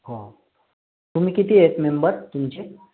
हो तुम्ही किती आहेत मेंबर तुमचे